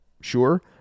sure